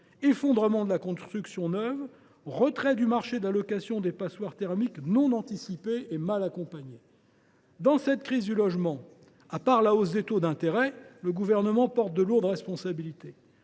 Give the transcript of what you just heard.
effondrement de la construction neuve et retrait du marché de la location des passoires thermiques, retrait non anticipé et mal accompagné. Dans cette crise du logement, à part la hausse des taux d’intérêt, le Gouvernement porte de lourdes responsabilités